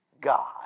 God